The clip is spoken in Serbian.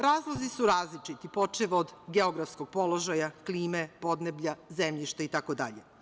Razlozi su različiti, počev od geografskog položaja, klime, podneblja, zemljišta itd.